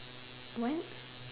what